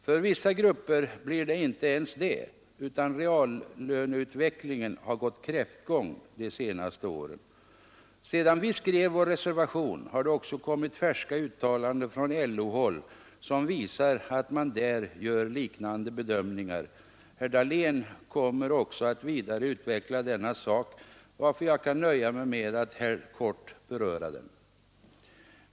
För vissa grupper blir det inte ens det utan reallöneutvecklingen har gått kräftgång de senaste åren. Sedan vi skrev vår reservation har det också kommit färska uttalanden från LO-håll som 17 visar att man där gör liknande bedömningar. Herr Dahlén kommer också att vidare utveckla denna sak, varför jag kan nöja mig med att här kort beröra den.